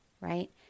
right